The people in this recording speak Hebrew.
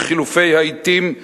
עם חילופי העתים,